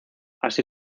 así